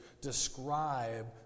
describe